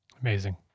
Amazing